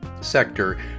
sector